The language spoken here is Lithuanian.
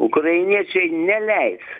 ukrainiečiai neleis